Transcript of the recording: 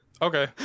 Okay